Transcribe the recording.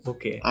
Okay